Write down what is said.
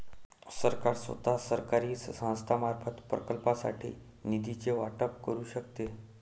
सरकार स्वतः, सरकारी संस्थांमार्फत, प्रकल्पांसाठी निधीचे वाटप करू शकते